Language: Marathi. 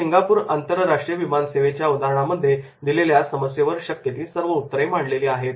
या सिंगापूर आंतरराष्ट्रीय विमान सेवेच्या उदाहरणामध्ये दिलेल्या समस्येवर शक्य ती सर्व उत्तरे मांडलेली आहेत